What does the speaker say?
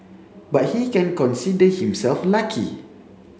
but he can consider himself lucky